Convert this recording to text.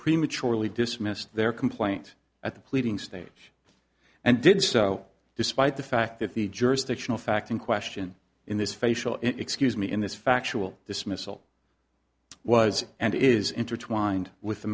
prematurely dismissed their complaint at the pleading stage and did so despite the fact that the jurisdictional fact in question in this facial excuse me in this factual dismissal was and is intertwined with the